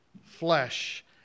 flesh